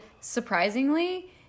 surprisingly